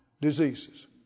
diseases